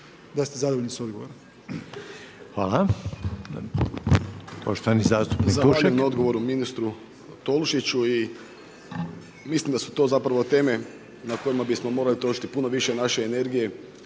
Željko (HDZ)** Hvala. Poštovani zastupnik Tušek. **Tušek, Žarko (HDZ)** Zahvaljujem na odgovoru ministru Tolušiću. I mislim da su to zapravo teme na kojima bismo morali trošiti puno više naše energije